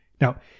Now